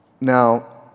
now